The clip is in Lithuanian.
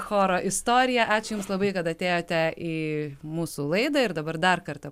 choro istoriją ačiū jums labai kad atėjote į mūsų laidą ir dabar dar kartą